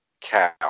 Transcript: cow